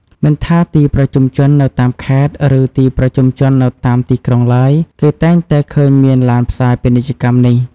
មិនថាទីប្រជុំជននៅតាមខេត្ត ឬទីប្រជុំជននៅតាមទីក្រុងឡើយ គេតែងតែឃើញមានឡានផ្សាយពាណិជ្ជកម្មនេះ។